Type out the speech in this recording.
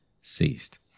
ceased